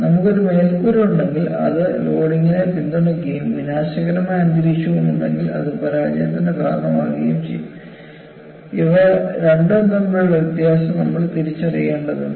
നമുക്ക് ഒരു മേൽക്കൂര ഉണ്ടെങ്കിൽ അത് ലോഡിനെ പിന്തുണയ്ക്കുകയും വിനാശകരമായ അന്തരീക്ഷവും ഉണ്ടെങ്കിൽ ഇത് പരാജയത്തിന് കാരണമാകും ഇവ രണ്ടും തമ്മിലുള്ള വ്യത്യാസം നമ്മൾ തിരിച്ചറിയേണ്ടതുണ്ട്